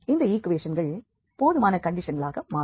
இந்த ஈக்குவேஷன்கள் போதுமான கண்டிஷன்களாக மாறும்